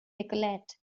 decollete